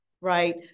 right